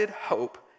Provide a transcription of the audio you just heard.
hope